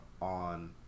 on